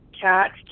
Cat